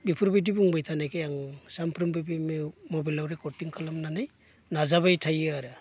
बेफोरबायदि बुंबाय थानायखाय आं सामफ्रामबो बे मबाइलाव रेकर्डिं खालामनानै नाजाबाय थायो आरो